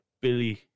Billy